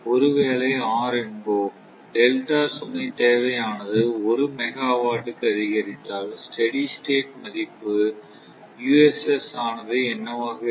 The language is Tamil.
ஒருவேளை R என்போம் டெல்டா சுமை தேவை ஆனது 1 மெகாவாட்டுக்கு அதிகரித்தால் ஸ்டெடி ஸ்டேட் மதிப்பு uss ஆனது என்னவாக இருக்கும்